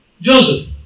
Joseph